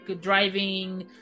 driving